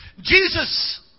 Jesus